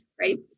right